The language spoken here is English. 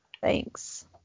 Thanks